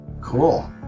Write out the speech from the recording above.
Cool